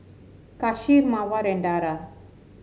Kasih Mawar and Dara